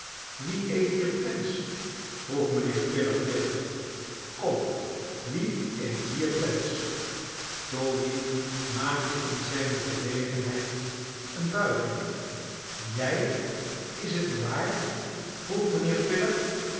wie eet hier pens vroeg mijnheer filer driftig kom wie eet hier pens toby maakte in zijne verlegenheid eene buiging jij is t waar vroeg mijnheer filer